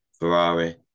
Ferrari